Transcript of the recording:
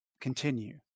continue